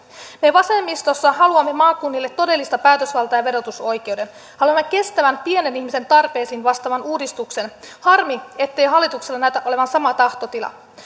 me vasemmistossa haluamme maakunnille todellista päätösvaltaa ja verotusoikeuden haluamme kestävän pienen ihmisen tarpeisiin vastaavan uudistuksen harmi ettei hallituksella näytä olevan sama tahtotila